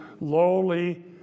lowly